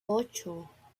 ocho